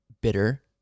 bitter